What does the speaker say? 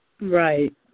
Right